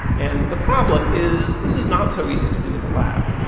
and the problem is this is not so easy to do in the lab.